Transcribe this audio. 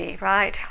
right